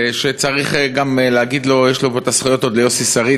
שצריך גם להגיד שיש זכויות עליו עוד ליוסי שריד,